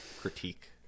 critique